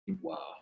Wow